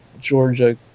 Georgia